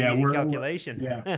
yeah we regulation. yeah yeah,